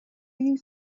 you